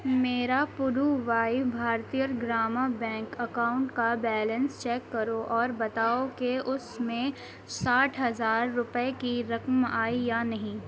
میرا پرووائی Bharatiya Gramin bank account کا بیلنس چیک کرو اور بتاؤ کہ اس میں ساٹھ ہزار روپے کی رقم آئی یا نہیں